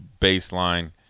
baseline